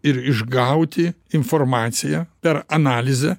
ir išgauti informaciją per analizę